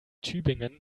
tübingen